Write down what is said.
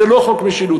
זה לא חוק משילות.